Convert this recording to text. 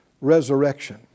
resurrection